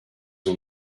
ont